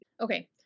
okay